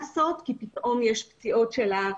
צריך לעשות פיקוח יותר צמוד של הלשכה